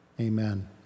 Amen